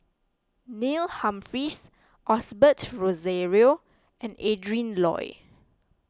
Neil Humphreys Osbert Rozario and Adrin Loi